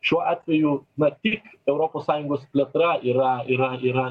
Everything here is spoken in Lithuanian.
šiuo atveju matyt europos sąjungos plėtra yra yra yra